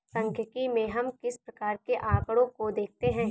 सांख्यिकी में हम किस प्रकार के आकड़ों को देखते हैं?